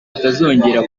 atazongera